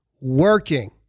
working